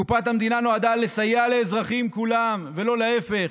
קופת המדינה נועדה לסייע לאזרחים כולם, לא להפך.